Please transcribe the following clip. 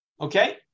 Okay